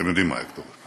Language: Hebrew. אתם יודעים מהי הכתובת,